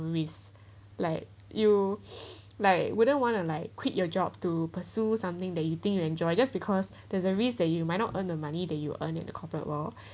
risk like you like wouldn't want to like quit your job to pursue something that you think you enjoy just because there's a risk that you might not earn the money that you earn in the corporate world